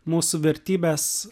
mūsų vertybės